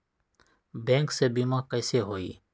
Bank से बिमा कईसे होई?